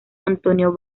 antonio